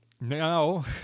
No